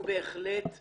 הוא בהחלט מיינדד,